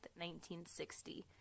1960